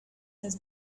has